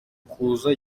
kuza